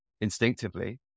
instinctively